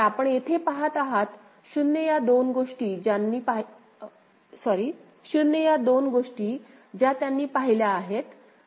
तर आपण येथे पाहत आहात 0 या दोन गोष्टी ज्या त्यांनी पाहिल्या आहेत